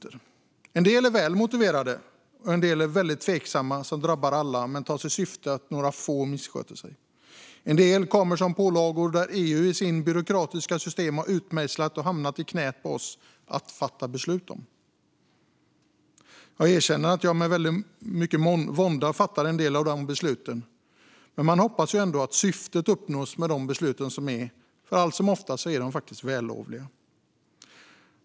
En del är väl motiverade, men en del är väldigt tveksamma och drabbar alla fastän de syftar till att komma till rätta med att några få missköter sig. En del kommer som pålagor som EU i sitt byråkratiska system har utmejslat. De har hamnat i knät på oss för att vi ska fatta beslut om dem. Jag erkänner att jag med väldigt stor vånda fattar en del av de besluten. Man hoppas ju ändå att syftet uppnås med dem, för allt som oftast är de faktiskt vällovliga.